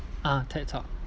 ah ted talk